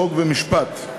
חוק ומשפט.